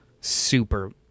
super